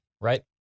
Right